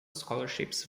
scholarships